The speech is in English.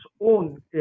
own